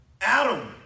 Adam